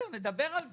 נדבר על זה,